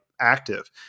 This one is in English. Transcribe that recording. active